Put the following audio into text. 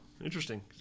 Interesting